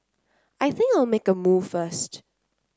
I think I'll make a move first